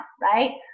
right